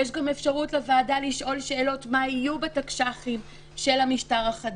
יש גם אפשרות לוועדה לשאול שאלות מה יהיה בתקש"חים של המשטר החדש.